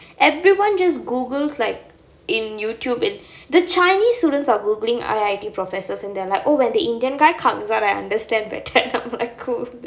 everyone just Googles like in YouTube and the chinese students are Googling M_I_T professors and they are like when the indian guy comes out I understand better I'm like cool